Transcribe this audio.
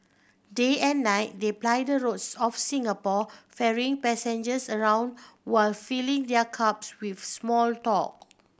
day and night they ply the roads of Singapore ferrying passengers around while filling their cabs with small talk